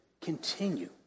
continue